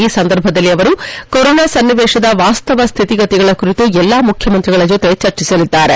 ಈ ಸಂದರ್ಭದಲ್ಲಿ ಅವರು ಕೊರೊನಾ ಸನ್ನಿವೇಶದ ವಾಸ್ತವ ಸ್ಥಿತಿಗತಿಗಳ ಕುರಿತು ಎಲ್ಲಾ ಮುಖ್ಯಮಂತ್ರಿಗಳ ಜೊತೆ ಚರ್ಚಿಸಲಿದ್ದಾರೆ